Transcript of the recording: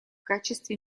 качестве